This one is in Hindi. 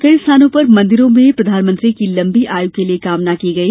कई स्थानों पर मंदिरों में प्रधानमंत्री की लंबी आयु के लिए कामना की गई